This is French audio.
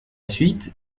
suite